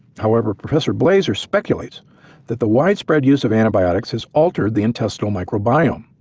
however, professor blaser speculates that the wide spread use of antibiotics has altered the intestinal microbiome,